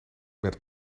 met